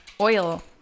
oil